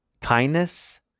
kindness